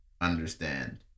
understand